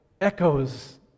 echoes